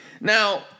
now